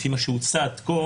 לפי שמה שהוצע עד כה